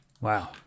Wow